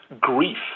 grief